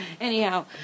Anyhow